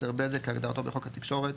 מסר בזק כהגדרתו בחוק התקשורת,